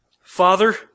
Father